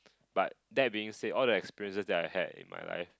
but that being said all the experiences that I had in my life